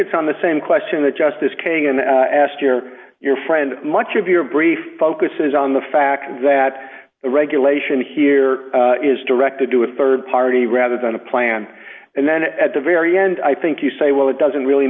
it's on the same question that justice kagan asked your your friend much of your brief focuses on the fact that regulation here is directed to a rd party rather than a plan and then at the very end i think you say well it doesn't really